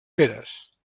peres